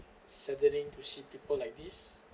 saddening to see people like this